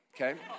okay